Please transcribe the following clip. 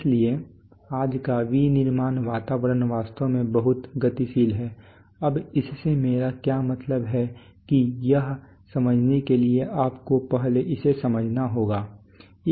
इसलिए आज का विनिर्माण वातावरण वास्तव में बहुत गतिशील है अब इससे मेरा क्या मतलब है कि यह समझने के लिए आपको पहले इसे समझना होगा